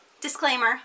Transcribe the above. Disclaimer